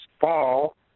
fall